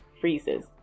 freezes